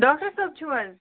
doctor صٲب چھُو حظ